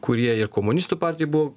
kurie ir komunistų partijoj buvo